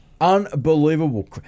Unbelievable